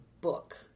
book